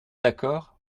d’accord